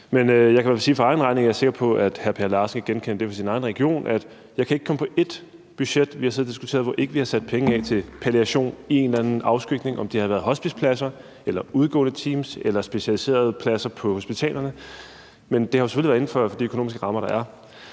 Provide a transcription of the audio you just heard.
og jeg er sikker på, at hr. Per Larsen kan genkende det fra sin egen region – at jeg ikke kan komme på ét budget, vi har siddet og diskuteret, hvor vi ikke har sat penge af til palliation i en eller anden afskygning, om det så har været hospicepladser eller udgående teams eller specialiserede pladser på hospitalerne. Men det har selvfølgelig været inden for de økonomiske rammer, der er.